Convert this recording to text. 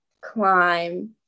climb